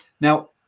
Now